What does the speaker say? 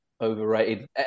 overrated